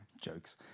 Jokes